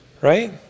right